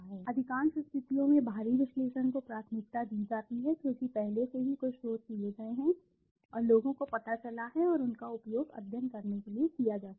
अधिकांश स्थितियों में बाहरी विश्लेषण को प्राथमिकता दी जाती है क्योंकि पहले से ही कुछ शोध किए गए हैं और लोगों को पता चला है और उनका उपयोग अध्ययन करने के लिए किया जा सकता है